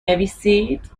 نویسید